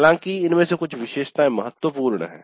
हालांकि इनमें से कुछ विशेषताएं महत्वपूर्ण हैं